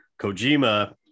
Kojima